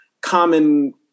common